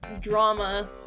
drama